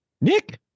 Nick